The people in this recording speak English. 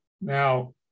Now